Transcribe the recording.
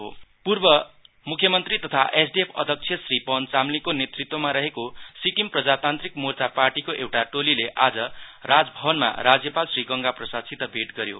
SDF governor पूर्व म्रुख्यमन्त्री तथा एसडिएफ अध्यक्ष श्री पवन चामालिङको नेत्वमा रहेको सिक्किम प्रजातान्त्रीक मोर्चा पार्टीको एउटा टोलीले आज राज भवनमा राज्यपाल श्री गंगा प्रसादसित भेट गर्यो